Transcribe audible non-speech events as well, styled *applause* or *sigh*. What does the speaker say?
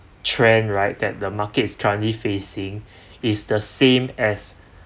trend right that the markets currently facing *breath* is the same as